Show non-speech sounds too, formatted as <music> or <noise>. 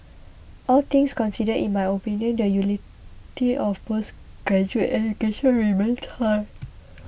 all things considered in my opinion the utility of postgraduate education remains thigh <noise>